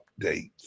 updates